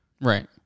Right